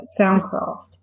Soundcraft